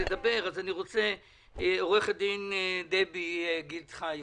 עו"ד דבי גיל-חיו